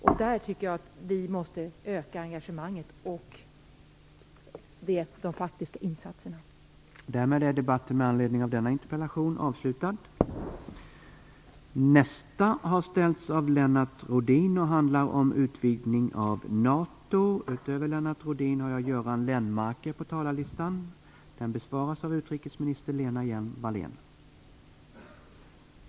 Jag tycker att vi måste öka engagemanget och de faktiska insatserna där.